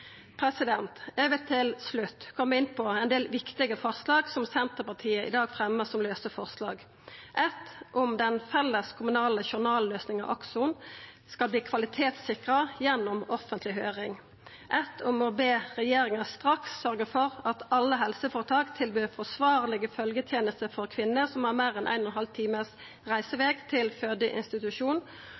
Eg vil til slutt koma inn på ein del viktige forslag som Senterpartiet i dag fremjar: eitt om at den felles kommunale journalløysinga Akson skal verta kvalitetssikra gjennom ei offentleg høyring eitt om å be regjeringa straks sørgja for at alle helseføretak tilbyr forsvarlege følgjetenester for kvinner som har meir enn